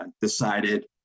decided